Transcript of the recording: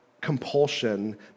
compulsion